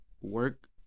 work